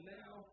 now